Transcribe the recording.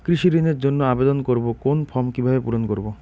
কৃষি ঋণের জন্য আবেদন করব কোন ফর্ম কিভাবে পূরণ করব?